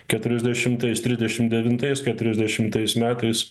keturiasdešimtais trisdešim devintais keturiasdešimtais metais